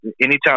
anytime